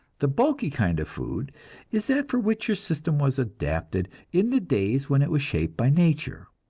the bulky kind of food is that for which your system was adapted in the days when it was shaped by nature.